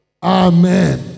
Amen